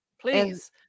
Please